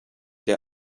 der